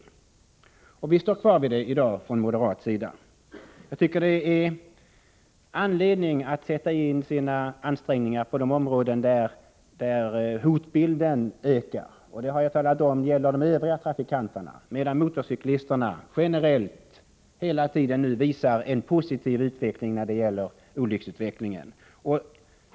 Vi moderater står kvar vid ' den ståndpunkten i dag. Vi tycker att det finns anledning att sätta in ansträngningarna på de områden där hotbilden ökar. Jag har talat om att det gäller de övriga trafikantgrupperna, medan motorcyklisterna generellt hela tiden visar en positiv olycksutveckling.